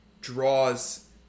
draws